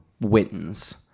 wins